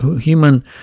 human